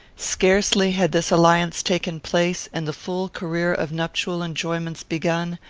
scarcely had this alliance taken place, and the full career of nuptial enjoyments begun,